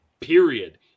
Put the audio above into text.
period